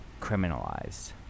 criminalized